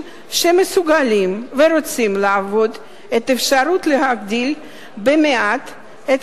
שמסוגלים ורוצים לעבוד את האפשרות להגדיל במעט את